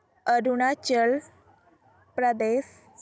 Arunachal Pradesh